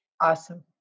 Awesome